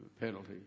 penalty